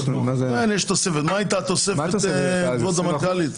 מה הייתה התוספת, כבוד המנכ"לית?